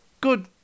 good